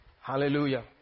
Hallelujah